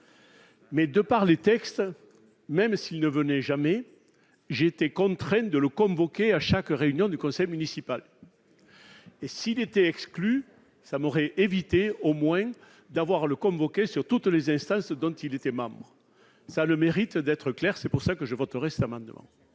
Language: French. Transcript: Mais, de par les textes, même s'ils ne venaient jamais, j'ai été contraint de le convoquer à chaque réunion du conseil municipal et s'il était exclu, ça m'aurait évité au moins d'avoir le convoquer sur toutes les instances, ce dont il était membre, ça a le mérite d'être clair, c'est pour ça que je voterai cet amendement.